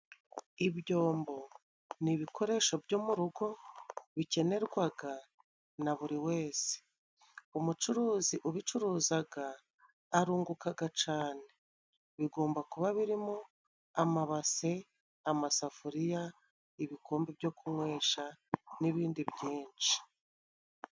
Ibyombo nibi ibikoresho byo mu rugo bikenerwaga na buri wese, umucuruzi ubicuruzaga arungukaga cane bigomba kuba birimo amabase, amasafuriya, ibikombe byo kunywesha n'ibindi byinshi.